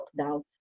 lockdown